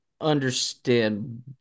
understand